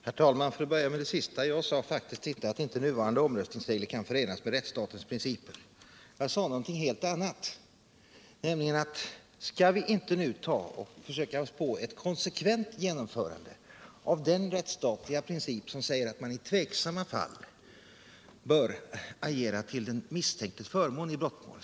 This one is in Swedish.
Herr talman! För att börja med det sista så sade jag faktiskt inte att nuvarande omröstningsregler inte kan förenas med rättsstatens principer. Jag sade någonting helt annat, nämligen: Skall vi nu inte ta och försöka oss på ett konsekvent genomförande av den rättsstatliga princip som säger att man i tvivelaktiga fall bör agera till den misstänktes förmån i brottmål?